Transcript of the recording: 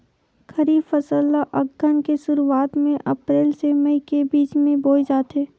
खरीफ फसल ला अघ्घन के शुरुआत में, अप्रेल से मई के बिच में बोए जाथे